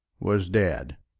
was dead.